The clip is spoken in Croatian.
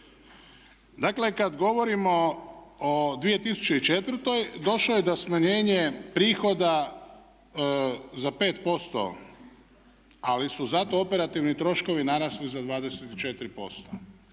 kad govorimo o 2004. došlo je do smanjenja prihoda za 5%, ali su zato operativni troškovi narasli za 24%.